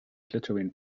glittering